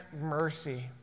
mercy